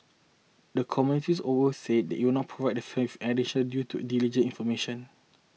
the committees also said it would not provide with additional due to diligence information